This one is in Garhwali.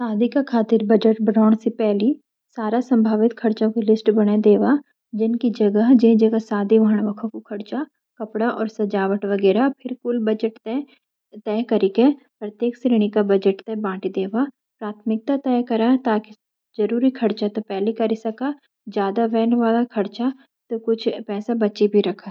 शादी का खातिर बज़ट बैनन सी पेली सारा संभावित खर्चो की लिस्ट बने देवा जन की जगह, जे जगह शादी होंन वख कु खर्चा, कपड़ा और सजावत वगेरा। फिर कुल बज़ट ते क्र और प्रतिक श्रेनी का बजात ते बंटी देवा। प्रथमिकता तय करा ताकि जरूरी खर्चो ते पेली करी साका। जदा वैन वला ख़र्चो ते कुच एच पैसा बचे भी रक्खा।